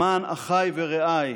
למען אחי ורעי